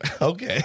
Okay